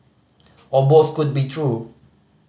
or both could be true